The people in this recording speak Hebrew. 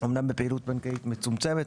אמנם מצומצמת,